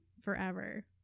forever